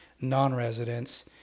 non-residents